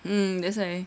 mm that's why